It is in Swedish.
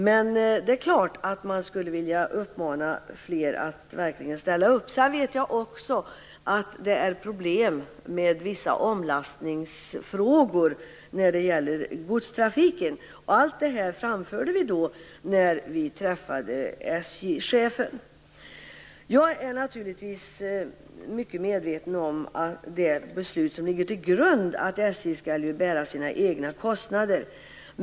Men självfallet skulle man vilja uppmana fler att verkligen ställa upp. Jag vet också att det finns problem med vissa omlastningsfrågor när det gäller godstrafiken. Allt detta framförde vi när vi träffade SJ-chefen. Jag är naturligtvis mycket medveten om det beslut som ligger till grund för detta, nämligen att SJ skall bära sina egna kostnader.